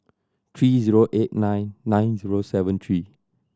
three zero eight nine nine zero seven three